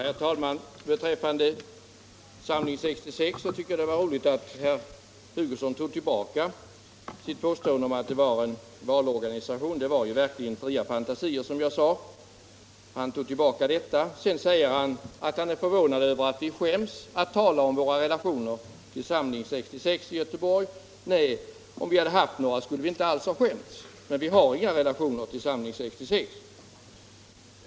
Herr talman! Beträffande Samling 66 tycker jag det var glädjande att herr Hugosson tog tillbaka sitt påstående att det är en valorganisation. Det var verkligen, som jag sade förut, fria fantasier. Men sedan säger herr Hugosson att han är förvånad över att vi i folkpartiet skäms för att tala om våra relationer till Samling 66 i Göteborg. Nej, om vi hade haft några sådana relationer, skulle vi inte alls ha skämts för det. Men vi har inga relationer till Samling 66.